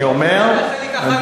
אל תעשה לי ככה עם היד.